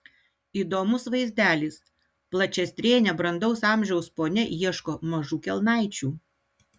įdomus vaizdelis plačiastrėnė brandaus amžiaus ponia ieško mažų kelnaičių